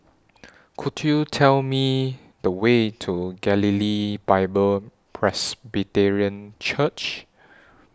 Could YOU Tell Me The Way to Galilee Bible Presbyterian Church